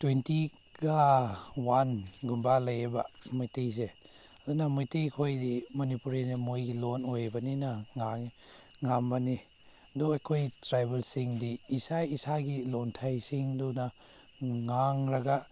ꯇ꯭ꯋꯦꯟꯇꯤꯒ ꯋꯥꯟꯒꯨꯝꯕ ꯂꯩꯌꯦꯕ ꯃꯩꯇꯩꯁꯦ ꯑꯗꯨꯅ ꯃꯩꯇꯩ ꯈꯣꯏꯗꯤ ꯃꯅꯤꯄꯨꯔꯤꯅ ꯃꯣꯏꯒꯤ ꯂꯣꯟ ꯑꯣꯏꯕꯅꯤꯅ ꯉꯝꯕꯅꯤ ꯑꯗꯨꯒ ꯑꯩꯈꯣꯏ ꯇ꯭ꯔꯥꯏꯕꯦꯜꯁꯤꯡꯗꯤ ꯏꯁꯥ ꯏꯁꯥꯒꯤ ꯂꯣꯟꯊꯩꯁꯤꯡꯗꯨꯅ ꯉꯥꯡꯂꯒ